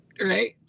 right